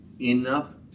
enough